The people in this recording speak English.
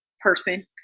person